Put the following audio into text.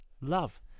love